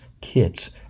kits